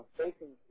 facing